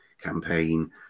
campaign